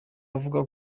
avuga